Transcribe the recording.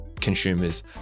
consumers